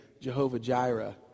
Jehovah-Jireh